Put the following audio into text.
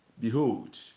Behold